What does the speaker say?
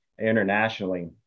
internationally